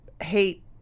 hate